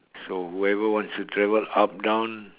so whoever wants to travel up down